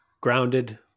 grounded